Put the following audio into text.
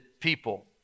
people